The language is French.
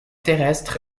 terrestre